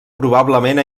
probablement